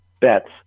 bets